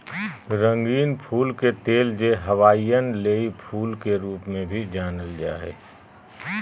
रंगीन फूल के तेल, जे हवाईयन लेई फूल के रूप में भी जानल जा हइ